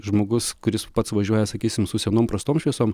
žmogus kuris pats važiuoja sakysim su senom prastom šviesom